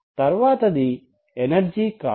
తర్వాతది energy cost